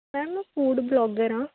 ma'am food vlogger ਹਾਂ